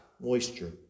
moisture